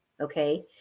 Okay